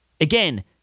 Again